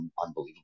unbelievable